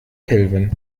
kelvin